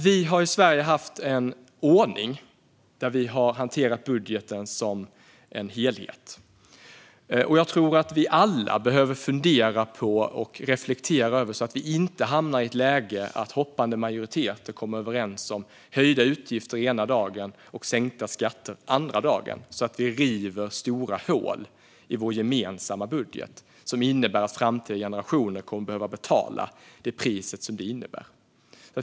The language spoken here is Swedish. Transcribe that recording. Vi har i Sverige haft en ordning där vi har hanterat budgeten som en helhet. Jag tror att vi alla behöver reflektera och fundera så att vi inte hamnar i ett läge där hoppande majoriteter kommer överens om höjda utgifter ena dagen och sänkta skatter nästa dag och på så sätt river stora hål i vår gemensamma budget som innebär att framtida generationer kommer att behöva betala priset.